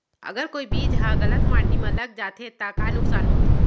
अगर कोई बीज ह गलत माटी म लग जाथे त का नुकसान होथे?